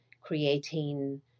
creating